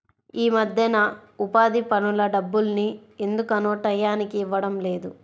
యీ మద్దెన ఉపాధి పనుల డబ్బుల్ని ఎందుకనో టైయ్యానికి ఇవ్వడం లేదు